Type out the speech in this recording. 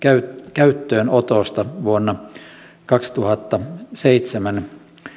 käyttöönotosta vuoden kaksituhattaseitsemän